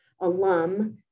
alum